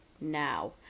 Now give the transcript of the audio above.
now